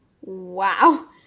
wow